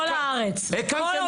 כל הארץ.